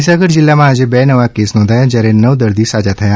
મહિસાગર જિલ્લામાં આજે બે નવા કેસ નોધાયા જયારે નવ દર્દીઓ સાજા થયા